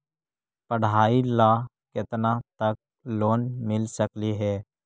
पढाई ल केतना तक लोन मिल सकले हे?